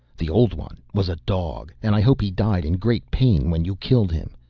the old one was a dog and i hope he died in great pain when you killed him.